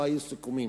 לא היו סיכומים.